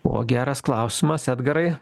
o geras klausimas edgarai